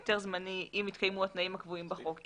אם התקיימו התנאים הקבועים בחוק.